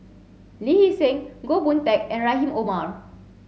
Lee Hee Seng Goh Boon Teck and Rahim Omar